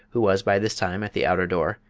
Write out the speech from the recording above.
who was by this time at the outer door,